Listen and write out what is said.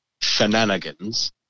shenanigans